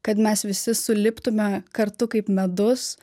kad mes visi suliptume kartu kaip medus